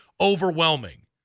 overwhelming